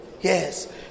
Yes